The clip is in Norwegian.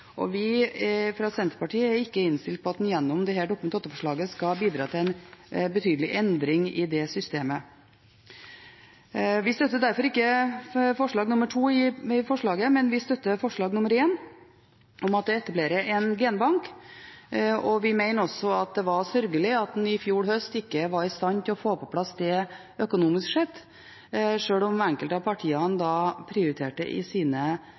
Vi er fra Senterpartiets side ikke innstilt på at en gjennom dette Dokument 8-forslaget skal bidra til en betydelig endring i det systemet. Vi støtter derfor ikke forslag nr. 2 i representantforslaget, men vi støtter forslag nr. 1 om å etablere en genbank. Vi mener også det var sørgelig at en i fjor høst ikke var i stand til å få det på plass økonomisk sett, sjøl om enkelte av partiene hadde prioritert det i sine